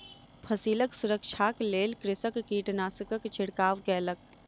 फसिलक सुरक्षाक लेल कृषक कीटनाशकक छिड़काव कयलक